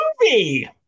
movie